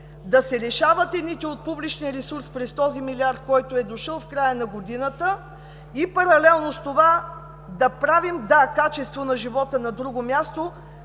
да се лишават едните от публичен ресурс през този милиард, който е дошъл в края на година и паралелно с това да правим качество на живота на друго място